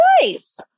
Nice